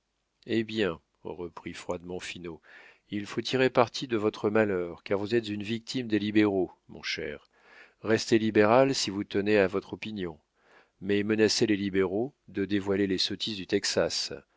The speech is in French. eh bien reprit froidement finot il faut tirer parti de votre malheur car vous êtes une victime des libéraux mon cher restez libéral si vous tenez à votre opinion mais menacez les libéraux de dévoiler les sottises du texas